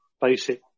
basic